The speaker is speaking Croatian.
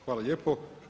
Hvala lijepo.